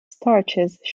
starches